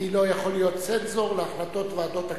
אני לא יכול להיות צנזור להחלטות ועדות הכנסת.